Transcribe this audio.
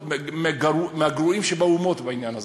מהגרועות שבאומות בעניין הזה,